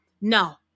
No